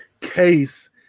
case